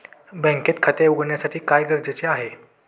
बँकेत खाते उघडण्यासाठी काय गरजेचे आहे?